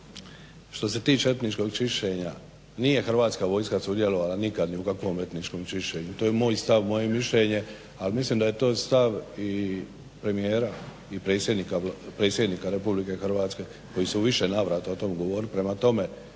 što se tiče etničkog čišćenja, nije Hrvatska vojska sudjelovala nikad ni u kakvom etničkom čišćenju. To je moj stav, moje mišljenje, ali mislim da je to stav i premijera i predsjednika Republike Hrvatske koji su u više navrata o tome govorili.